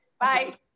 Bye